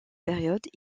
période